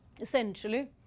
essentially